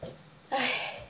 !hais!